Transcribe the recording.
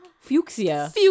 Fuchsia